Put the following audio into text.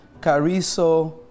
Cariso